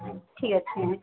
ଠିକ୍ ଅଛି ମ୍ୟାମ୍